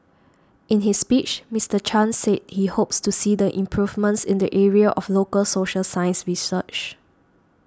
in his speech Mister Chan said he hopes to see the improvements in the area of local social science research